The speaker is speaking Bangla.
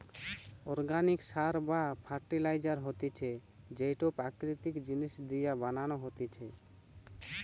অর্গানিক সার বা ফার্টিলাইজার হতিছে যেইটো প্রাকৃতিক জিনিস দিয়া বানানো হতিছে